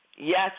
yes